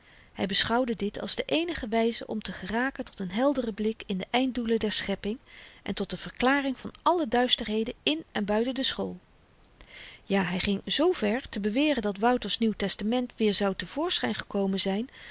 hy beschouwde dit als de eenige wyze om te geraken tot n helderen blik in de einddoelen der schepping en tot de verklaring van alle duisterheden in en buiten de school ja hy ging zoo ver te beweren dat wouter's nieuw testament weer zou te voorschyn gekomen zyn